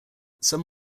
some